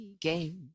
game